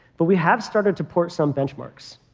but we have started to port some benchmarks.